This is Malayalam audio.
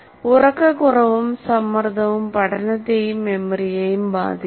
ഉറക്കക്കുറവും സമ്മർദ്ദവും പഠനത്തെയും മെമ്മറിയെയും ബാധിക്കും